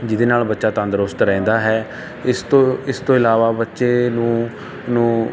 ਜਿਹਦੇ ਨਾਲ ਬੱਚਾ ਤੰਦਰੁਸਤ ਰਹਿੰਦਾ ਹੈ ਇਸ ਤੋਂ ਇਸ ਤੋਂ ਇਲਾਵਾ ਬੱਚੇ ਨੂੰ ਨੂੰ